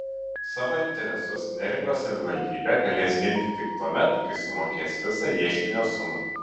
savo interesus neringos savivaldybė galės ginti tik tuomet kai sumokės visą ieškinio sumą